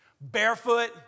barefoot